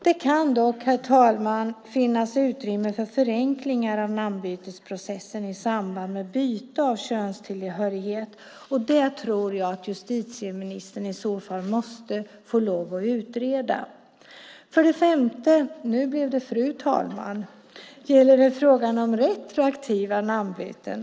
Det kan dock, herr talman, finnas utrymme för förenklingar av namnbytesprocessen i samband med byte av könstillhörighet, och det tror jag att justitieministern i så fall måste få lov att utreda. För det femte, fru talman, gäller det frågan om retroaktiva namnbyten.